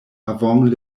avant